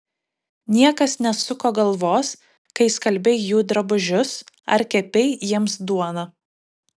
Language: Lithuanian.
niekas nesuko galvos kai skalbei jų drabužius ar kepei jiems duoną